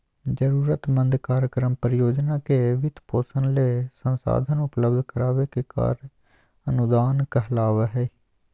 जरूरतमंद कार्यक्रम, परियोजना के वित्तपोषण ले संसाधन उपलब्ध कराबे के कार्य अनुदान कहलावय हय